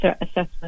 assessment